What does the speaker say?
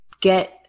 get